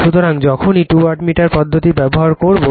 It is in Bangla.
সুতরাং যখনই টু ওয়াটমিটার পদ্ধতি ব্যবহার করবো